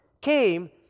came